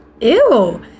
ew